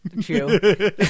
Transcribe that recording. True